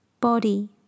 body